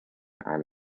are